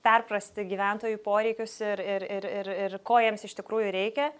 perprasti gyventojų poreikius ir ir ir ir ko jiems iš tikrųjų reikia